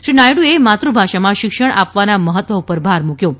શ્રી નાયડુએ માતૃ ભાષામાં શિક્ષણ આપવાના મહત્વ પર ભાર મૂક્યો હતો